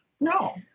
no